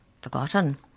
forgotten